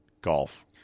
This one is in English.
Golf